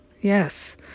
Yes